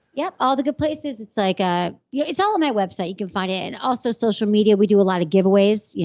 yep, all the good places. it's like ah yeah it's all on my website, you can find it. and also social media we do a lot of giveaways,